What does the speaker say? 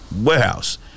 warehouse